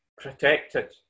protected